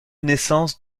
naissance